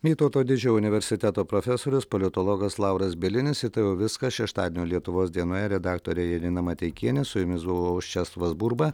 vytauto didžiojo universiteto profesorius politologas lauras bielinis ir tai jau viskas šeštadienio lietuvos dienoje redaktorė janina mateikienė su jumis buvau aš česlovas burba